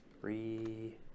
three